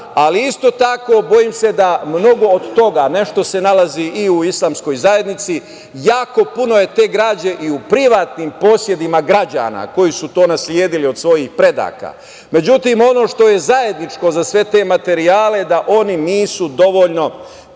ali isto tako se bojim da se mnogo toga nešto se nalazi i u islamskoj zajednici, jako puno je te građe i u privatnim posedima građana koji su to nasledili od svojih predaka.Međutim, ono što je zajedničko za sve te materijale je da oni nisu dovoljno